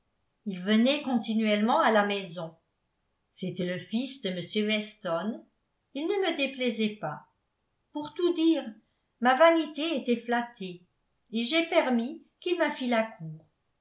il venait continuellement à la maison c'était le fils de m weston il ne me déplaisait pas pour tout dire ma vanité était flattée et j'ai permis qu'il ma fît la cour